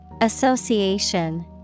Association